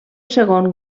segon